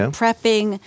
prepping